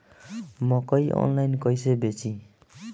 मकई आनलाइन कइसे बेची?